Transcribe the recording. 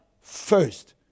first